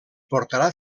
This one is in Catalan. portarà